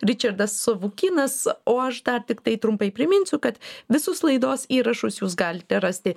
ričardas savukynas o aš dar tiktai trumpai priminsiu kad visus laidos įrašus jūs galite rasti